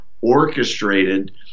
orchestrated